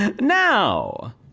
Now